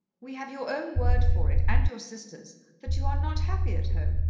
we have your own word for it and your sister's that you are not happy at home,